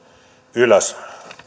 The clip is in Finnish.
ylös